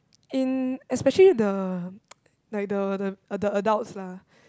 in especially the like the the the adults lah